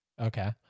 okay